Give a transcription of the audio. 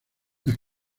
las